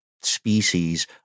species